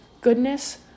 goodness